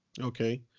okay